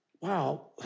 wow